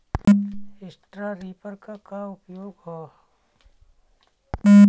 Straw reaper क का उपयोग ह?